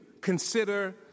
consider